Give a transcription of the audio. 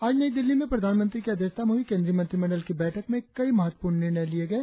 आज नई दिल्ली में प्रधानमंत्री की अध्यक्षता में हुई केंद्रीय मंत्रिमंडल की बैठक में कई महत्वपूर्ण निर्णय लिये गए